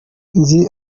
nzi